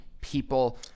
people